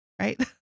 right